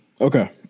Okay